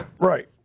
Right